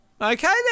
okay